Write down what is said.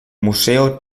museo